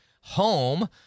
home